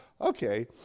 okay